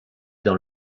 dans